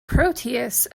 proteus